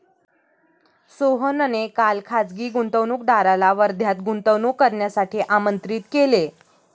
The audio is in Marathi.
सोहनने काल खासगी गुंतवणूकदाराला वर्ध्यात गुंतवणूक करण्यासाठी आमंत्रित केले